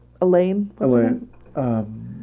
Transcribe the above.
Elaine